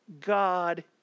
God